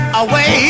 away